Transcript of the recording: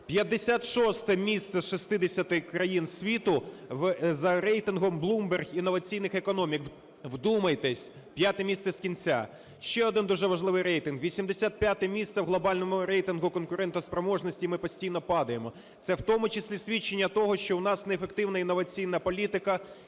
56 місце з 60 країн світу за рейтингом Bloomberg інноваційних економік. Вдумайтесь: 5 місце з кінця. Ще один дуже важливий рейтинг. 85 місце в глобальному рейтингу конкурентоспроможності, і ми постійно падаємо. Це в тому числі свідчення того, що у нас неефективна інноваційна політика